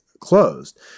closed